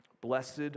Blessed